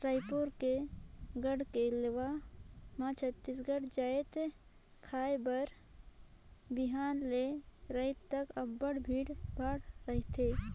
रइपुर के गढ़कलेवा म छत्तीसगढ़ जाएत खाए बर बिहान ले राएत तक अब्बड़ भीड़ भाड़ रहथे